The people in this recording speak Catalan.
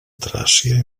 tràcia